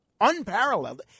unparalleled